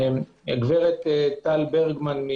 הגב' טל ברגמן,